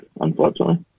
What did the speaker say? unfortunately